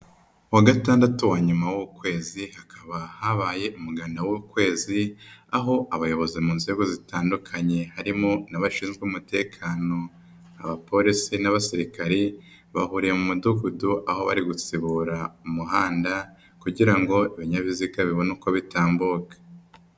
Ku wa gatandatu wa nyuma w'ukwezi hakaba habaye umuganda w'ukwezi, aho abayobozi mu nzego zitandukanye harimo n'abashinzwe umutekano, abapolisi n'abasirikare, bahuriye mu mudugudu aho bari gusibura umuhanda kugira ngo ibinyabiziga bibone uko bitambuka.